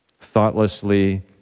thoughtlessly